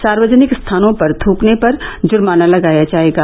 सार्वजनिक स्थानों पर थूकने पर जुर्माना लगाया जाएगा